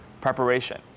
preparation